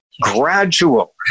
Gradual